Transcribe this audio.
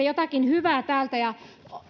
jotakin hyvää täältä